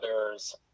others